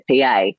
PA